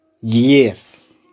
Yes